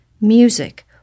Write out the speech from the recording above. music—